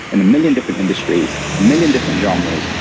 in a million different industries, a million different genres,